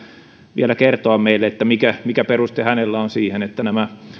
vielä kertoa meille mikä mikä peruste hänellä on siihen että nämä